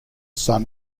son